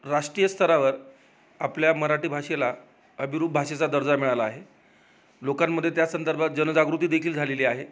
राष्ट्रीय स्तरावर आपल्या मराठी भाषेला अभिरूप भाषेचा दर्जा मिळाला आहे लोकांमध्ये त्या संदर्भात जनजागृतीदेखील झालेली आहे